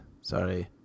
Sorry